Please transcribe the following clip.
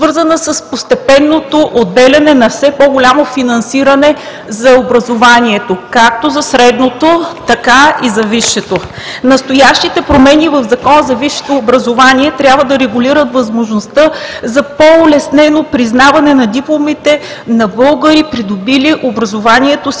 регулират възможността за по-улеснено признаване на дипломите на българи, придобили образованието си